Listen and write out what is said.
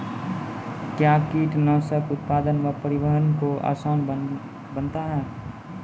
कया कीटनासक उत्पादन व परिवहन को आसान बनता हैं?